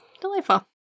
delightful